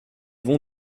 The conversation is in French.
vont